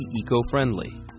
eco-friendly